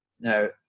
Now